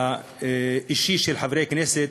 האישיות של חברי הכנסת,